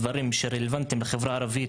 דברים שרלוונטיים לחברה הערבית